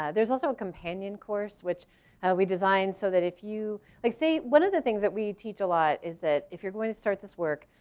ah there's also a companion course which we designed so that if you, like say one of the things that we teach a lot is that if you're going to start this work,